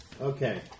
Okay